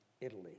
Italy